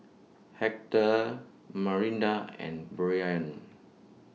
Hector Marinda and Brianne